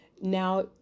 now